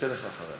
אתן לך אחריה.